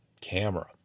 camera